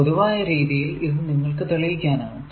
പൊതുവായ രീതിയിൽ ഇത് നിങ്ങൾക്കു തെളിയിക്കാനാകും